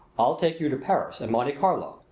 i'll take you to paris and monte carlo.